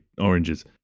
Oranges